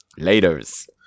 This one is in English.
laters